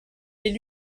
les